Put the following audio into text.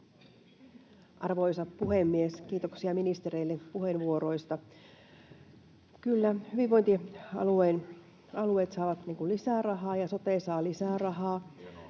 Arvoisa puhemies! Kiitoksia ministereille puheenvuoroista. Kyllä hyvinvointialueet saavat lisää rahaa, ja sote saa lisää rahaa.